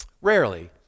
rarely